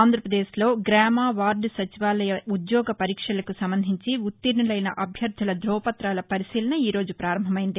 ఆంధ్రాపదేశ్లో గామ వార్లు సచివాలయ ఉద్యోగ పరీక్షలకు సంబంధించి ఉత్తీర్ణులైన అభ్యర్గుల ధ్రధువ ప్రతాల పరిశీలన ఈరోజు పారంభమైంది